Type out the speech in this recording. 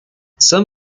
some